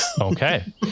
Okay